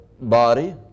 body